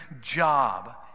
job